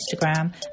Instagram